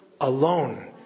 alone